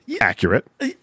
accurate